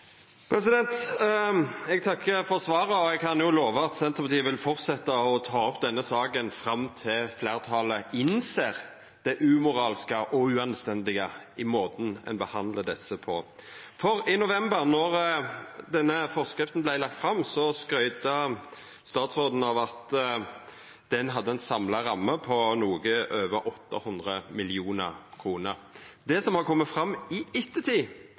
Eg takkar for svaret, og eg kan lova at Senterpartiet vil fortsetja å ta opp denne saka fram til fleirtalet innser det umoralske og uanstendige i måten ein behandlar desse på. I november, då denne forskrifta vart lagd fram, skrytte statsråden av at ein hadde ei samla ramme på noko over 800 mill. kr. Det som har kome fram i ettertid,